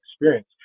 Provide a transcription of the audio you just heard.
experience